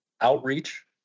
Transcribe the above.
outreach